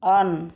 on